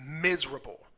miserable